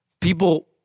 People